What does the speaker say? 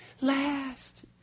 last